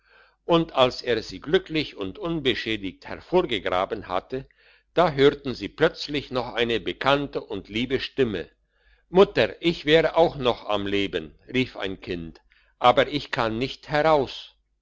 und als er sie glücklich und unbeschädiget hervorgegraben hatte da hörten sie plötzlich noch eine bekannte und liebe stimme mutter ich wäre auch noch am leben rief ein kind aber ich kann nicht heraus